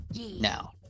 Now